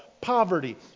poverty